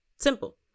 Simple